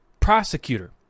prosecutor